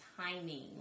timing